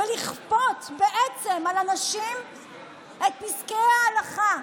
ולכפות בעצם על אנשים את פסקי ההלכה.